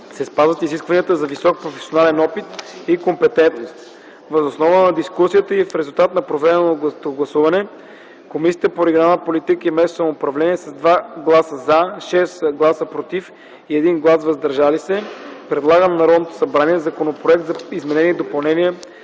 се спазват изискванията за висок професионален опит и компетентност. Въз основа на дискусията и в резултат на проведеното гласуване, Комисията по регионална политика и местно самоуправление с 2 гласа “за”, 6 гласа “против” и 1 глас “въздържал се”, предлага на Народното събрание Законопроект за изменение и допълнение